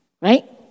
right